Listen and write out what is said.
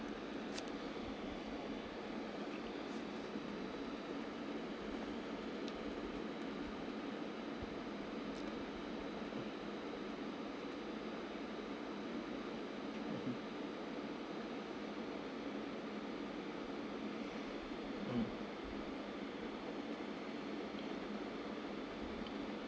mm